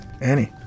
Annie